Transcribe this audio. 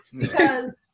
because-